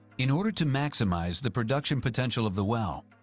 in order to maximize the production potential of the well,